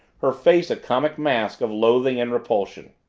her face a comic mask of loathing and repulsion.